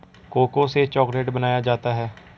cocoa से chocolate बनाया जाता है